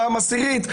פעם עשירית,